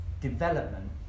development